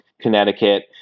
Connecticut